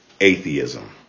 atheism